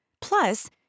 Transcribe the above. Plus